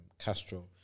Castro